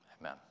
Amen